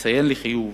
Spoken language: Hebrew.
אציין לחיוב